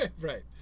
Right